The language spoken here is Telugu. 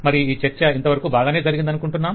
మరి ఈ చర్చ ఇంతవరకు బాగానే జరిగింది అనుకుంటున్నాం